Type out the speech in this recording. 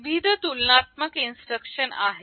विविध तुलनात्मक इन्स्ट्रक्शन आहेत